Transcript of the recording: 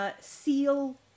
Seal